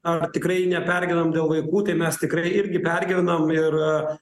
ar tikrai nepergyvenam dėl vaikų tai mes tikrai irgi pergyvenam ir